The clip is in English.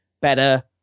better